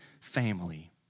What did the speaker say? family